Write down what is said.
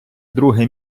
друге